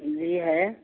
جی ہے